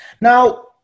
Now